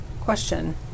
question